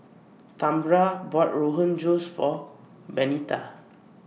Tambra bought Rogan Josh For Benita